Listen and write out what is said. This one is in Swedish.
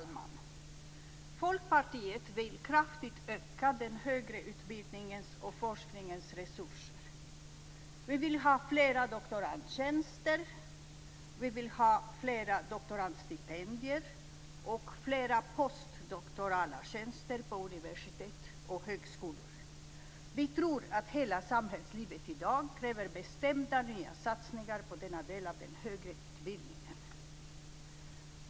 Fru talman! Vi i Folkpartiet vill kraftigt öka den högre utbildningens och forskningens resurser. Vi vill ha flera doktorandtjänster, vi vill ha flera doktorandstipendier och flera postdoktorala tjänster på universitet och högskolor. Vi tror att hela samhällslivet i dag kräver bestämda nya satsningar på denna del av den högre utbildningen.